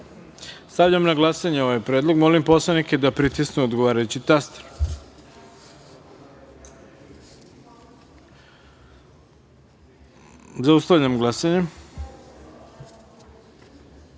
Hvala. Stavljam na glasanje ovaj predlog. Molim poslanike da pritisnu odgovarajući taster. Zaustavljam glasanje: